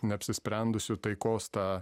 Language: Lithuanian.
neapsisprendusių taikos tą